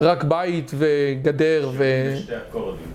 רק בית וגדר ו...